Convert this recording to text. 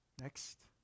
Next